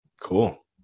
Cool